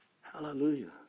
Hallelujah